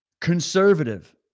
Conservative